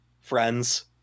friends